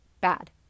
Bad